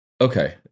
okay